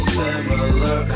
similar